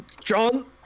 John